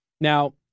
Now